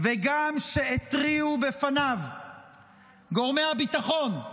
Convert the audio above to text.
וגם כשהתריעו לפניו גורמי הביטחון,